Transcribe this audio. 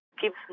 keeps